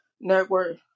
network